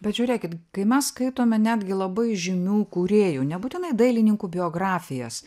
bet žiūrėkit kai mes skaitome netgi labai žymių kūrėjų nebūtinai dailininkų biografijas